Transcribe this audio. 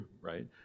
right